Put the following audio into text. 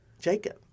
Jacob